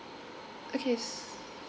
okay